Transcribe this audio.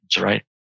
right